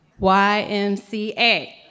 YMCA